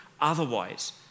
Otherwise